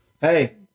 Hey